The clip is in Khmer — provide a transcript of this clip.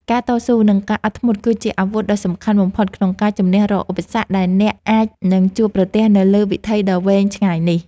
ការតស៊ូ និងការអត់ធ្មត់គឺជាអាវុធដ៏សំខាន់បំផុតក្នុងការជម្នះរាល់ឧបសគ្គដែលអ្នកអាចនឹងជួបប្រទះនៅលើវិថីដ៏វែងឆ្ងាយនេះ។